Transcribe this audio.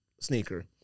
Sneaker